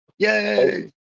Yay